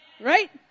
right